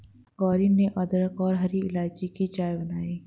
गौरी ने अदरक और हरी इलायची की चाय बनाई